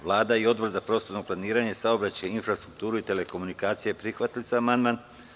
Vlada i Odbor za prostorno planiranje, saobraćaj, infrastrukturu i telekomunikacije prihvatili su amandman.